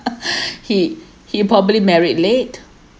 he he probably married late